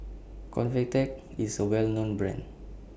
Convatec IS A Well known Brand